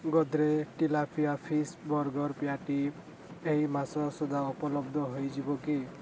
Godrej tilapia fish burger patty ଏହି ମାସ ସୁଦ୍ଧା ଉପଲବ୍ଧ ହୋଇଯିବ କି